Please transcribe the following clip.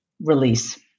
release